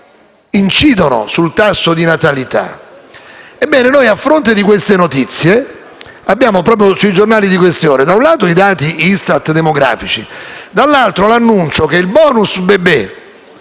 che incidono sul tasso di natalità. Ebbene, noi, a fronte di queste notizie, leggiamo sui giornali di queste ore, da un lato, i dati demografici ISTAT e, dall'altro, l'annuncio che il *bonus* bebè